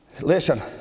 Listen